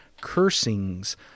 cursings